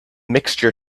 mixture